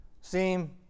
seem